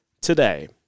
today